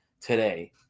today